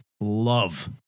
love